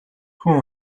хүн